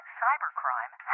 cybercrime